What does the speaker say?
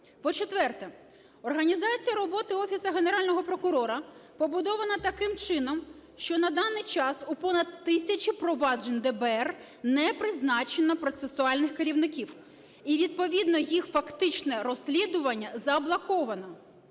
По-четверте, організація роботи Офісу Генерального прокурора побудована таким чином, що на даний час у понад тисячі проваджень ДБР не призначено процесуальних керівників, і відповідно їх фактичне розслідування заблоковано.